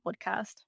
podcast